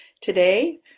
Today